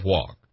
Walk